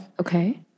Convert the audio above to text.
Okay